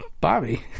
Bobby